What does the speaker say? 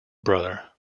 brother